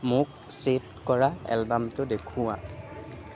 মোক চেট কৰা এলাৰ্মবোৰ দেখুওৱা